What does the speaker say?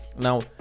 Now